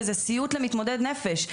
וזה סיוט למתמודד נפש.